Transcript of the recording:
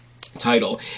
title